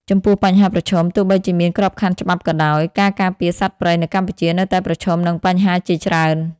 ចំពោះបញ្ហាប្រឈមទោះបីជាមានក្របខ័ណ្ឌច្បាប់ក៏ដោយ ការការពារសត្វព្រៃនៅកម្ពុជានៅតែប្រឈមនឹងបញ្ហាជាច្រើន។